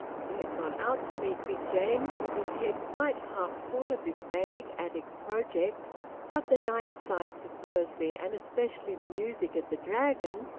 he had gone out to meet big james with his head quite half-full of this vague attic-project, but the night sights of bursley, and especially the music at the dragon,